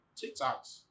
tiktoks